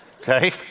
okay